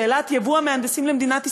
שאלת ייבוא המהנדסים למדינת ישראל,